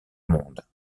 monde